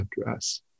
address